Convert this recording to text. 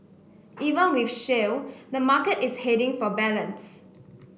even with shale the market is heading for balance